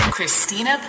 Christina